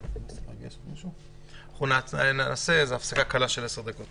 אנחנו דנים על הכרזת סמכויות מיוחדות